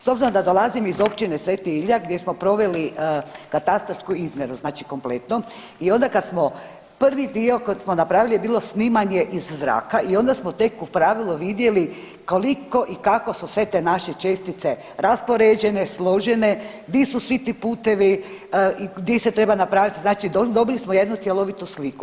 S obzirom da dolazim iz Općine Sv. Ilija gdje smo proveli katastarsku izmjeru znači kompletno i onda kad smo prvi dio koji smo napravili je bilo snimanje iz zraka i onda smo tek u pravilu vidjeli koliko i kako su sve te naše čestice raspoređene, složene, di su svi ti putevi i di se treba napraviti, znači dobili smo jednu cjelovitu sliku.